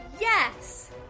Yes